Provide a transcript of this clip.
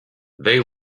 they